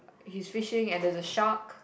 hie's fishing and there's a shark